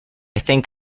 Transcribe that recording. think